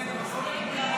(קורא בשמות חברי